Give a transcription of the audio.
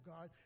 God